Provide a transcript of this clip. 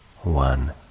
one